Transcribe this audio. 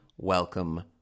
Welcome